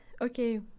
okay